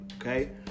okay